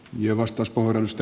arvoisa puhemies